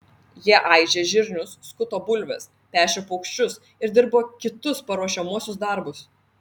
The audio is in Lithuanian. jie aižė žirnius skuto bulves pešė paukščius ir dirbo kitus paruošiamuosius darbus